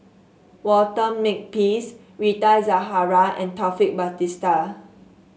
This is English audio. Walter Makepeace Rita Zahara and Taufik Batisah